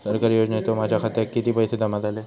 सरकारी योजनेचे माझ्या खात्यात किती पैसे जमा झाले?